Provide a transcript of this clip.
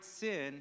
sin